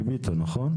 ביטון, נכון?